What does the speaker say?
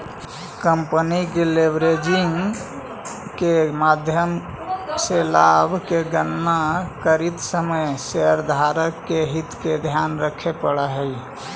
company के leveraging के माध्यम से लाभ के गणना करित समय शेयरधारक के हित के ध्यान रखे पड़ऽ हई